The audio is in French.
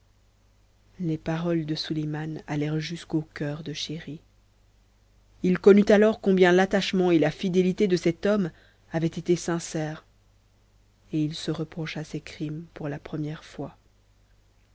les paroles de suliman allèrent jusqu'au cœur de chéri il connut alors combien l'attachement et la fidélité de cet homme avaient été sincères et se reprocha ses crimes pour la première fois